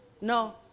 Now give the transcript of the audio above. No